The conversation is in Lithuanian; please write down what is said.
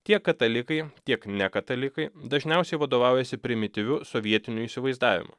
tiek katalikai tiek nekatalikai dažniausiai vadovaujasi primityviu sovietiniu įsivaizdavimu